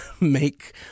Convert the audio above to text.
make